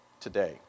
today